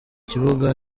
kibuga